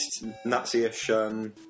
Naziish